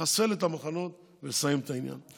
לחסל את המחנות ולסיים את העניין.